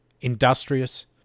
industrious